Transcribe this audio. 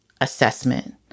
assessment